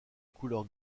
couleur